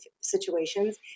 situations